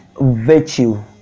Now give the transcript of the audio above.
virtue